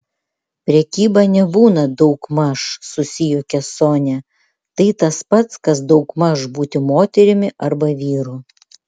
prekyba nebūna daugmaž susijuokė sonia tai tas pats kas daugmaž būti moterimi arba vyru